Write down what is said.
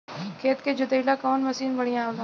खेत के जोतईला कवन मसीन बढ़ियां होला?